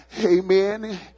Amen